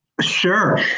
Sure